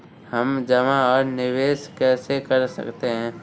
हम जमा और निवेश कैसे कर सकते हैं?